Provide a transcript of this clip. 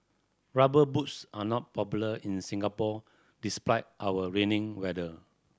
Rubber Boots are not popular in Singapore despite our raining weather